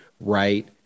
right